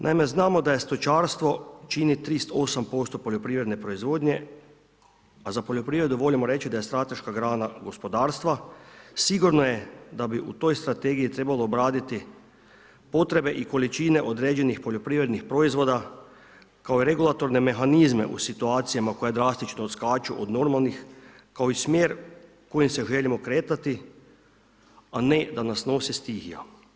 Naime, znamo da je stočarstvo, čini 38% poljoprivredne proizvodnje a za poljoprivredu volimo reći da je strateška grana gospodarstva, sigurno je da bi u toj Strategiji trebalo obraditi potrebe i količine određenih poljoprivrednih proizvoda kao regulatorne mehanizme u situacijama koje drastično odskaču od normalnih kao i smjer kojim se želimo kretati a ne da nas nosi stihija.